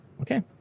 Okay